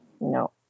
No